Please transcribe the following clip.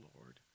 Lord